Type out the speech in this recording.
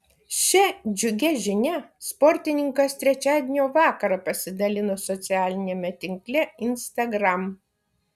šia džiugia žinia sportininkas trečiadienio vakarą pasidalino socialiniame tinkle instagram